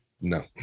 No